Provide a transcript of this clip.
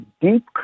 deep